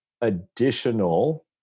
additional